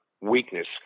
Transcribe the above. weakness